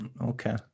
okay